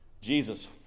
Jesus